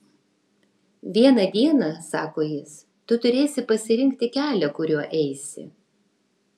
vieną dieną sako jis tu turėsi pasirinkti kelią kuriuo eisi